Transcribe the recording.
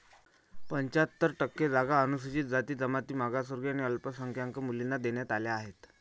पंच्याहत्तर टक्के जागा अनुसूचित जाती, जमाती, मागासवर्गीय आणि अल्पसंख्याक मुलींना देण्यात आल्या आहेत